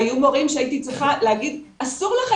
היו מורים שהייתי צריכה להגיד אסור לכם,